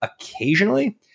occasionally